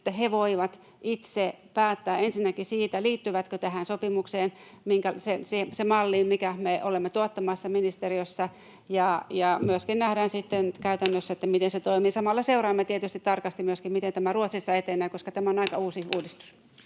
he voivat itse päättää siitä, liittyvätkö tähän sopimukseen — siihen malliin, minkä me olemme tuottamassa ministeriössä. Myöskin nähdään sitten käytännössä, miten se toimii. Samalla seuraamme tietysti tarkasti myöskin, miten tämä Ruotsissa etenee, koska tämä on [Puhemies